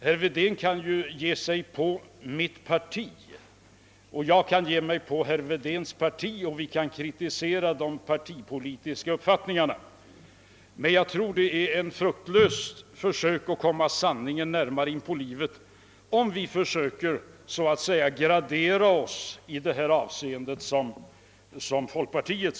Herr Wedén kan angripa mitt parti, jag kan angripa herr Wedéns parti och vi kan kritisera de partipolitiska uppfattningarna. Men jag tror att det är ett fruktlöst försök att komma sanningen närmare in på livet om vi så att säga försöker gradera varandras moral.